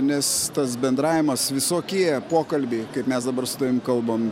nes tas bendravimas visokie pokalbiai kaip mes dabar su tavim kalbam